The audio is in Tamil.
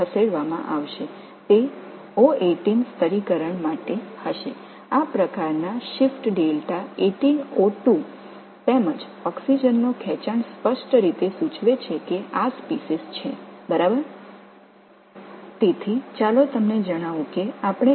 இந்த வகையான மாற்றம் டெல்டா 18O2 மற்றும் ஆக்ஸிஜன் நீட்சி இது இனங்கள் சரியானது என்பதை தெளிவாகக் குறிக்கிறது